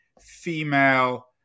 female